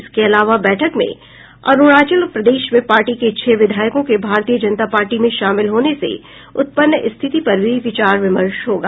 इसके अलावा बैठक में अरुणाचल प्रदेश में पार्टी के छह विधायकों के भारतीय जनता पार्टी में शामिल होने से उत्पन्न स्थिति पर भी विचार विमर्श होगा